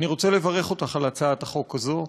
אני רוצה לברך אותך על הצעת החוק הזו.